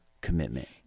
commitment